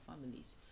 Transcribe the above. families